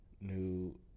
new